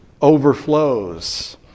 overflows